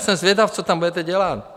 Jsem zvědav, co tam budete dělat?